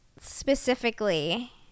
specifically